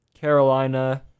Carolina